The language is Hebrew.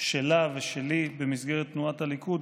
שלה ושלי במסגרת תנועת הליכוד,